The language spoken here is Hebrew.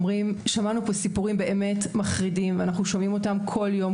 שמענו סיפורים מחרידים ואנחנו שומעים אותם כל יום,